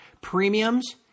premiums